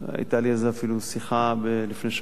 היתה לי אפילו שיחה לפני שבוע,